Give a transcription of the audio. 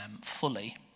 fully